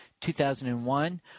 2001